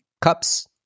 cups